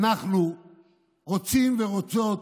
אנחנו רוצים ורוצות